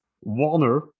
Warner